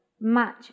match